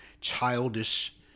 childish